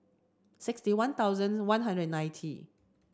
sixty one thousand one hundred and ninety